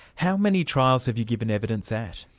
how many trials have you given evidence at?